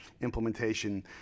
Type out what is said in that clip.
implementation